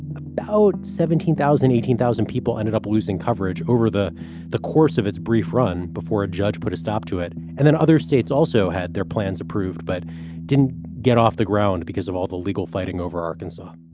about seventeen thousand, eighteen thousand people ended up losing coverage over the the course of its brief run before a judge put a stop to it. and then other states also had their plans approved but didn't get off the ground because of all the legal fighting over arkansas